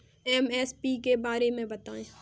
MSP के बारे में बतायें?